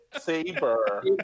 Saber